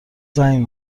زنگ